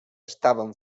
estaven